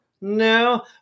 no